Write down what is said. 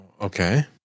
Okay